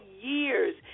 years